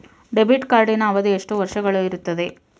Debit ಕಾರ್ಡಿನ ಅವಧಿ ಎಷ್ಟು ವರ್ಷಗಳು ಇರುತ್ತದೆ?